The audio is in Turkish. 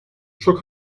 şok